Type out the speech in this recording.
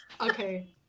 Okay